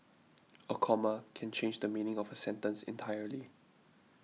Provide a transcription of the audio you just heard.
a comma can change the meaning of a sentence entirely